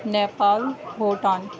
Nepal Bhutan